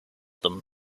them